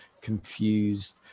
confused